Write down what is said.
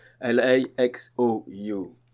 L-A-X-O-U